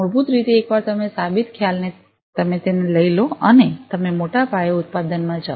મૂળભૂત રીતે એકવાર તમે સાબિત ખ્યાલને તમે તેને લઈ લો અને તમે મોટા પાયે ઉત્પાદનમાં જાઓ